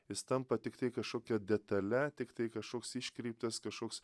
jis tampa tiktai kažkokia detale tiktai kažkoks iškreiptas kažkoks